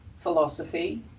philosophy